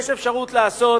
יש אפשרות לעשות